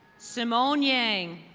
simone yang.